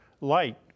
light